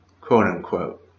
quote-unquote